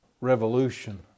revolution